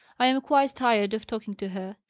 i am quite tired of talking to her!